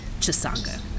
Chisanga